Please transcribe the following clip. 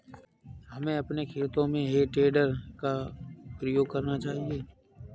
हमें अपने खेतों में हे टेडर का प्रयोग करना चाहिए